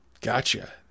Gotcha